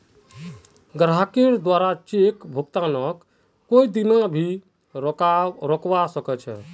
ग्राहकेर द्वारे चेक भुगतानक कोई दीना भी रोकवा सख छ